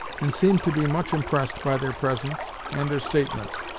and seemed to be much impressed by their presence and their statements.